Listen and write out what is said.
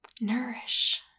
Nourish